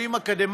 אתם יודעים כמה